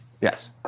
Yes